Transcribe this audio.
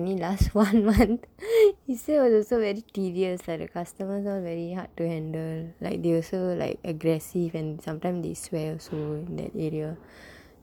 only last one month he said was also very tedious like the customers all very hard to handle like they were so aggressive and sometimes they swear also in that area